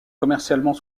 commercialement